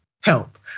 help